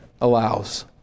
allows